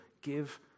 give